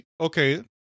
Okay